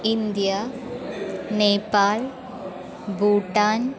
India Nepal Bhutan